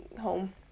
home